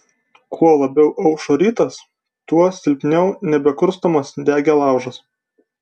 kuo labiau aušo rytas tuo silpniau nebekurstomas degė laužas